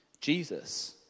Jesus